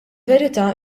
verità